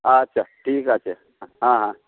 আচ্ছা ঠিক আছে হ্যাঁ হ্যাঁ